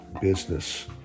business